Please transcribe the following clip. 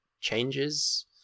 changes